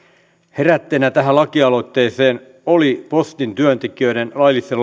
herätteenä tähän lakialoitteeseen oli postin työntekijöiden laillisen